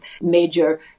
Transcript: major